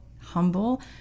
humble